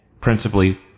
principally